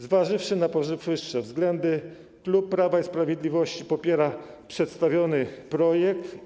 Zważywszy na powyższe względy, klub Prawa i Sprawiedliwości popiera przedstawiony projekt.